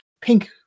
pink